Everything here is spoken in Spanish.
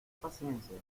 paciencia